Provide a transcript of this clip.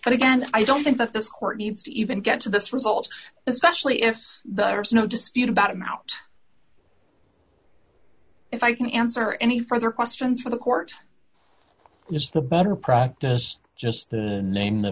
and again i don't think that this court needs to even get to this result especially if there is no dispute about i'm out if i can answer any further questions from the court is the better practice just the name the